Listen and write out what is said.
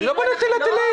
אני לא בונה תילי תילים.